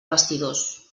vestidors